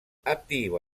attivo